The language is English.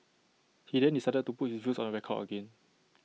he then decided to put his views on the record again